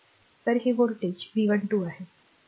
तर हे voltage V12 आहे